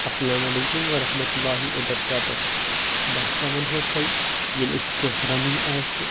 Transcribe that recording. اسلامُ علیکم السلام ورحمۃ اللہ وبرکاتَہُ بہ ہسا ونو تۄہہِ ییٚلہِ اسہِ کینٛہہ رنُن آسہِ